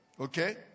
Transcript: Okay